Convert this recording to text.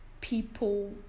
people